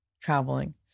traveling